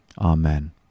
amen